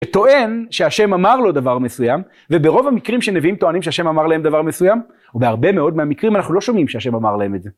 וטוען שהשם אמר לו דבר מסוים וברוב המקרים שנביאים טוענים שהשם אמר להם דבר מסוים ובהרבה מאוד מהמקרים אנחנו לא שומעים שהשם אמר להם את זה.